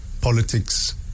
politics